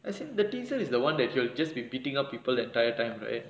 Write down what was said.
I see the teaser is the [one] that he will just be beating up people the entire time right